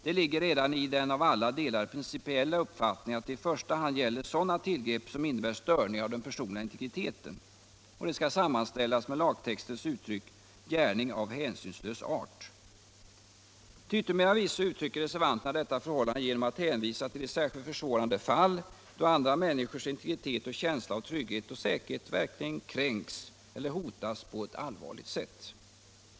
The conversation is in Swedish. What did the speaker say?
Det ligger redan i den av alla delade principiella uppfattningen att det i första hand gäller sådana tillgrepp som innebär störningar av den personliga integriteten, och det skall sammanställas med lagtextens uttryck ”gärning av ——— hänsynslös art”. Till yttermera visso uttrycker reservanterna detta förhållande genom att hänvisa till de särskilt försvårande fall, då andra människors integritet och känsla av trygghet och säkerhet verkligen kränks eller hotas på ett allvarligt sätt.